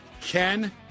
Ken